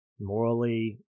morally